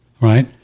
right